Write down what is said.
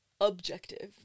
objective